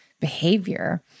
behavior